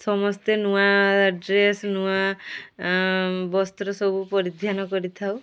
ସମସ୍ତେ ନୂଆ ଡ୍ରେସ୍ ନୂଆ ବସ୍ତ୍ର ସବୁ ପରିଧାନ କରିଥାଉ